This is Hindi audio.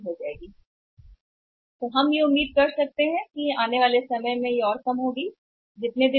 इसलिए हम उम्मीद कर सकते हैं कि आने वाले समय में यह और नीचे जा सकता है